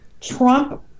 Trump